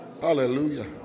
Hallelujah